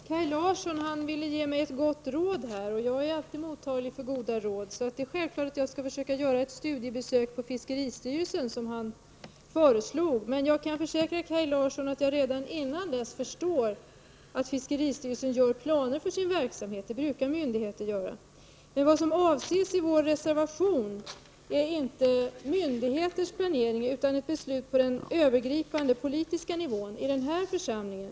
Herr talman! Kaj Larsson ville ge mig ett gott råd, och jag är alltid mottaglig för goda råd. Det är självklart att jag skall försöka göra ett studiebesök på fiskeristyrelsen, som Kaj Larsson föreslog. Men jag kan försäkra Kaj Larsson att jag redan förstår att fiskeristyrelsen gör planer för verksamheten. Det brukar myndigheter göra. Det som avses i vår reservation är inte myndigheternas planering, utan ett beslut på den övergripande politiska nivån i den här församlingen.